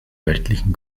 weltlichen